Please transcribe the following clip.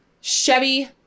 Chevy